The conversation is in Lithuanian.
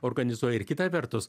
organizuoja ir kita vertus